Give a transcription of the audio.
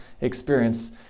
experience